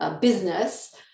business